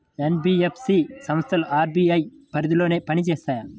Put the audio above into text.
NBFC సంస్థలు RBI పరిధిలోనే పని చేస్తాయా?